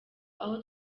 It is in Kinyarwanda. aho